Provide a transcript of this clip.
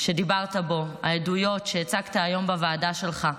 שדיברת עליו, העדויות שהצגת היום בוועדה שלך,